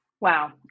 Wow